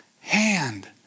hand